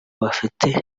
bafite